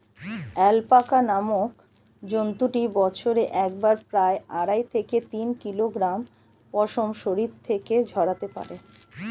alpaca নামক জন্তুটি বছরে একবারে প্রায় আড়াই থেকে তিন কিলোগ্রাম পশম শরীর থেকে ঝরাতে পারে